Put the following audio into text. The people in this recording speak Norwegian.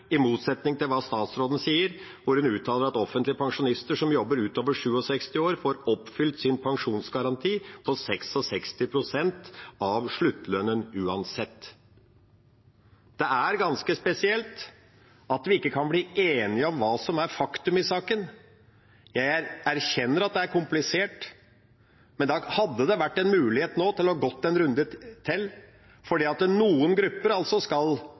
i motsetning til hva statsråden sier, hvor hun uttaler at pensjonister fra det offentlige som jobber utover fylte 67 år, får oppfylt sin pensjonsgaranti på 66 pst. av sluttlønnen uansett. Det er ganske spesielt at vi ikke kan bli enige om hva som er faktum i saken. Jeg erkjenner at det er komplisert, men det hadde vært en mulighet nå å gå en runde til, for noen grupper skal